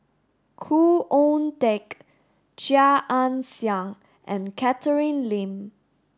Khoo Oon Teik Chia Ann Siang and Catherine Lim